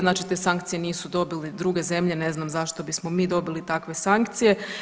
Znači te sankcije nisu dobile druge zemlje, ne znam zašto bismo mi dobili takve sankcije?